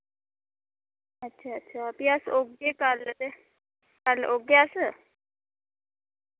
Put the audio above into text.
अच्छा अच्छा फ्ही अस औगे कल ते कल औगे अस